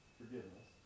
forgiveness